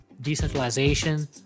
decentralization